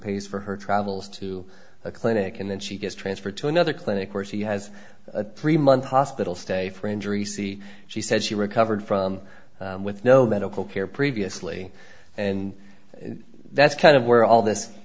pays for her travels to a clinic and then she gets transferred to another clinic where she has a three month hospital stay for injury see she says she recovered from with no medical care previously and that's kind of where all this